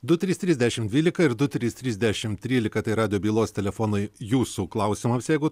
du trys trys dešimt dvilika ir du trys trys dešimt trylika tai radijo bylos telefonui jūsų klausimams jeigu